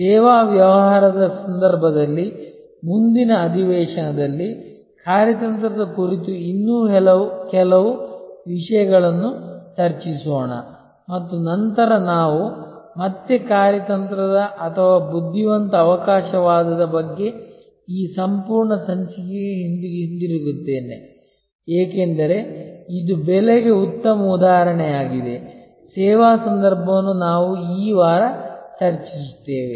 ಸೇವಾ ವ್ಯವಹಾರದ ಸಂದರ್ಭದಲ್ಲಿ ಮುಂದಿನ ಅಧಿವೇಶನದಲ್ಲಿ ಕಾರ್ಯತಂತ್ರದ ಕುರಿತು ಇನ್ನೂ ಕೆಲವು ವಿಷಯಗಳನ್ನು ಚರ್ಚಿಸೋಣ ಮತ್ತು ನಂತರ ನಾವು ಮತ್ತೆ ಕಾರ್ಯತಂತ್ರದ ಅಥವಾ ಬುದ್ಧಿವಂತ ಅವಕಾಶವಾದದ ಬಗ್ಗೆ ಈ ಸಂಪೂರ್ಣ ಸಂಚಿಕೆಗೆ ಹಿಂತಿರುಗುತ್ತೇವೆ ಏಕೆಂದರೆ ಇದು ಬೆಲೆಗೆ ಉತ್ತಮ ಉದಾಹರಣೆಯಾಗಿದೆ ಸೇವಾ ಸಂದರ್ಭವನ್ನು ನಾವು ಈ ವಾರ ಚರ್ಚಿಸುತ್ತೇವೆ